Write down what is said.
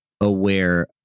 aware